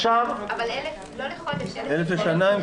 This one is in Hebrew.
1,000 לשנה.